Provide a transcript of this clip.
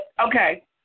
okay